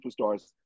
superstars